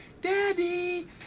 daddy